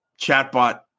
chatbot